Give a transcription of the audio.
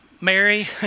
Mary